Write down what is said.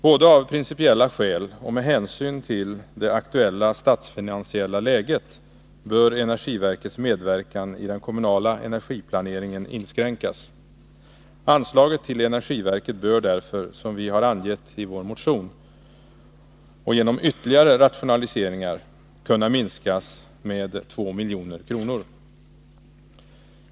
Både av principiella skäl och med hänsyn till det aktuella statsfinansiella läget bör energiverkets medverkan i den kommunala energiplaneringen inskränkas. Anslaget till energiverket bör därför, som vi angett i vår motion genom ytterligare rationaliseringar kunna minskas med 2 milj.kr.